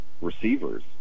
Receivers